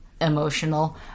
emotional